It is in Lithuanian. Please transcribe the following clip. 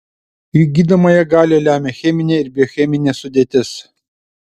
jų gydomąją galią lemia cheminė ir biocheminė sudėtis